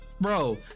Bro